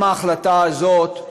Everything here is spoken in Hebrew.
גם ההחלטה הזאת,